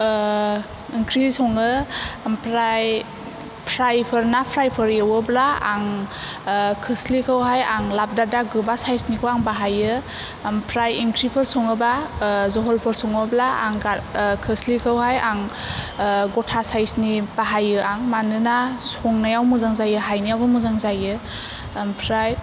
ओंख्रि सङो ओमफ्राय फ्राइ फोर ना फ्राइफोर एवोब्ला आं खोस्लिखौ हाय आं लाबदादा गोबा साइसनिखौ आं बाहायो ओमफ्राय ओंख्रिफोर सङोबा जहलफोर सङोब्ला आं गार खोस्लिखौहाय आं गथा साइसनि बाहायो आं मानोना संनायाव मोजां जायो हायनायावबो मोजां जायो ओमफ्राय